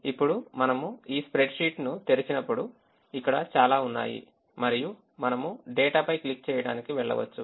ఇప్పుడు మనము ఈ స్ప్రెడ్షీట్ను తెరిచినప్పుడు ఇక్కడ చాలా ఉన్నాయి మరియు మనము డేటాపై క్లిక్ చేయడానికి వెళ్ళవచ్చు